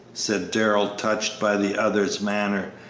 said darrell, touched by the other's manner.